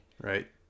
Right